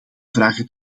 vragen